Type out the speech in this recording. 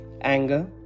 anger